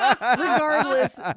Regardless